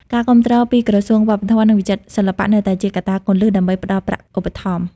ការគាំទ្រ ពីក្រសួងវប្បធម៌ និងវិចិត្រសិល្បៈនៅតែជាកត្តាគន្លឹះដើម្បីផ្តល់ប្រាក់ឧបត្ថម្ភ។